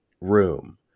room